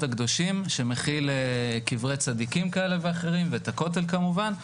הקדושים שמכיל קברי צדיקים כאלה ואחרים ואת הכותל כמובן.